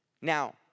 Now